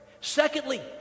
Secondly